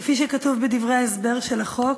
כפי שכתוב בדברי ההסבר של החוק,